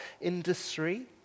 industry